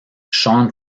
sean